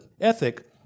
ethic